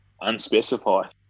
unspecified